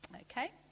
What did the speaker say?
Okay